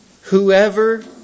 Whoever